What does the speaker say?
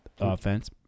Offense